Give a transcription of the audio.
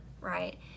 right